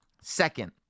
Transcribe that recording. second